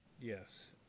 Yes